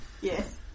yes